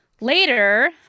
Later